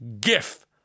GIF